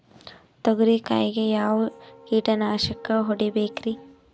ತೊಗರಿ ಕಾಯಿಗೆ ಯಾವ ಕೀಟನಾಶಕ ಹೊಡಿಬೇಕರಿ?